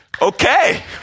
Okay